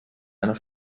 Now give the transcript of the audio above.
einer